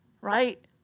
Right